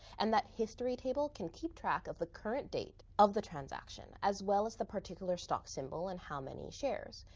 and that history table can keep track of the current date of the transaction, as well as the particular stock symbol and how many shares,